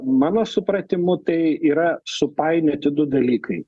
mano supratimu tai yra supainioti du dalykai